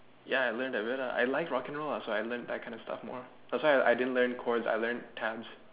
ya I learnt that way lah I like rock and roll lah so I learnt that kinda stuff more that's why I didn't learn chords I learnt tabs